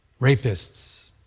rapists